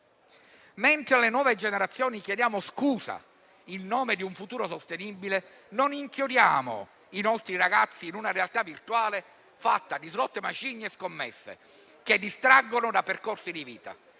Mentre alle nuove generazioni chiediamo scusa in nome di un futuro sostenibile, non inchiodiamo i nostri ragazzi in una realtà virtuale fatta di *slot machine* e scommesse, che distraggono da percorsi di vita.